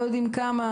לא יודעים כמה,